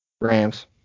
Rams